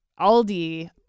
Aldi